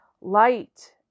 light